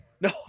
No